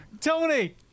Tony